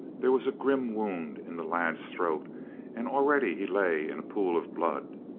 there was a grim wound in the lad's throat and already he lay in a pool of blood.